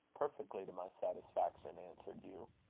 perfectly to my satisfaction, answered hugh.